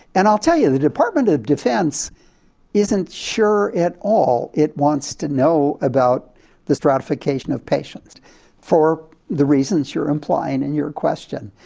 and i'll tell you, the department of defense isn't sure at all it wants to know about the stratification of patients for the reasons you're implying in your question.